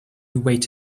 wait